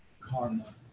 karma